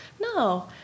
no